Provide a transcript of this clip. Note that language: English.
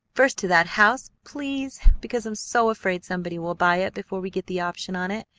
first to that house, please, because i'm so afraid somebody will buy it before we get the option on it.